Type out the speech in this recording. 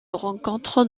rencontre